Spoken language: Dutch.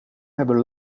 hebben